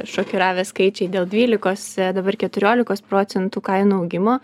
šokiravę skaičiai dėl dvylikos dabar keturiolikos procentų kainų augimo